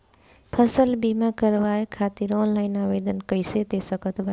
फसल बीमा करवाए खातिर ऑनलाइन आवेदन कइसे दे सकत बानी?